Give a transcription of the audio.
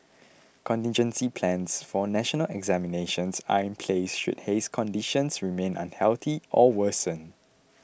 contingency plans for national examinations are in place should haze conditions remain unhealthy or worsen